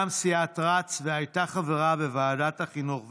סיעת רצ והייתה חברה בוועדת החינוך והתרבות.